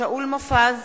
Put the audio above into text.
שאול מופז,